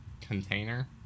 container